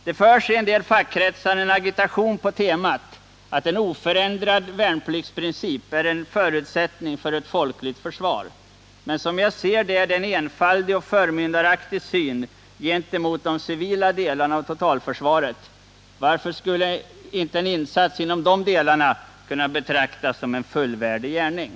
Det förs i vissa fackkretsar en agitation på temat att oförändrad värnpliktsprincip är en förutsättning för ett folkligt försvar. Men detta är som jag ser det en förmyndaraktig syn med tanke på de civila delarna av totalförsvaret. Varför skulle inte en insats inom dessa delar kunna betraktas som en fullvärdig gärning?